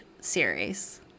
series